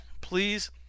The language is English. please